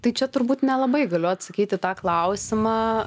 tai čia turbūt nelabai galiu atsakyti į tą klausimą